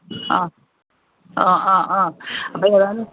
ആ ആ ആ ആ അപ്പം ഞാൻ